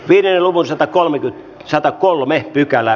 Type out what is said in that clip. niiden luku satakolme qsatakolme pykälää